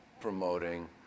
promoting